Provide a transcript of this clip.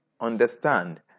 understand